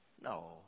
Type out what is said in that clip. No